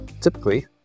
Typically